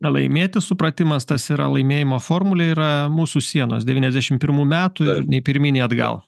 na laimėti supratimas tas yra laimėjimo formulė yra mūsų sienos devyniasdešimt pirmų metų nei pirmyn nei atgal